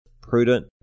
prudent